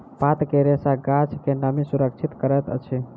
पात के रेशा गाछ के नमी सुरक्षित करैत अछि